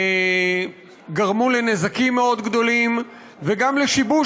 גרמו לנזקים מאוד גדולים וגם לשיבוש